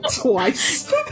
twice